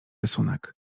rysunek